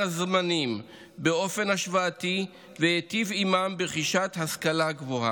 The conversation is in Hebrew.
הזמנים באופן השוואתי ולהיטיב עימם ברכישת השכלה גבוהה.